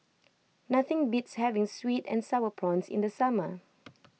nothing beats having Sweet and Sour Prawns in the summer